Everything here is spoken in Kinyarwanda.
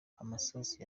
amasasu